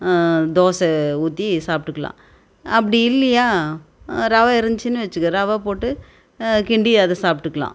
தோசை ஊற்றி சாப்பிட்டுக்கலாம் அப்படி இல்லையா ரவை இருந்துச்சுன்னு வச்சிக்க ரவை போட்டு கிண்டி அதை சாப்பிட்டுக்குலாம்